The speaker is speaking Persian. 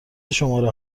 شماره